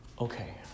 Okay